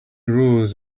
rose